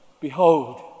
behold